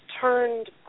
turned